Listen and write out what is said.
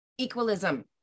Equalism